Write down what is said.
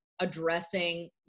addressing